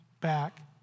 back